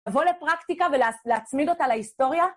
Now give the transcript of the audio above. לבוא לפרקטיקה ולהצמיד אותה להיסטוריה?